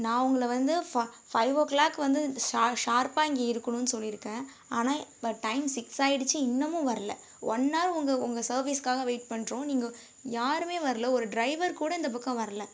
நான் உங்களை வந்து ஃபைவ் ஓகிளாக் வந்து ஷார்ப்பாக இங்கே இருக்கணுன்னு சொல்லிருக்கேன் ஆனால் இப்போ டைம் சிக்ஸ் ஆகிடுச்சி இன்னமும் வரல ஒன் ஹார் உங்கள் உங்கள் சர்வீஸ்காக வெயிட் பண்ணுறோம் நீங்கள் யாரும் வரல ஒரு டிரைவர் கூட இந்த பக்கம் வரல